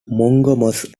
monogamous